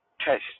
test